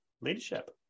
leadership